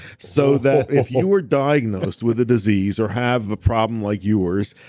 so that if you were diagnosed with a disease or have a problem like yours,